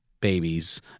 babies